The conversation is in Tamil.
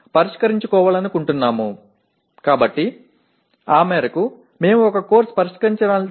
ஆகவே அந்த அளவிற்கு நாம் ஒரு பாடநெறி உரையாற்ற வேண்டிய PO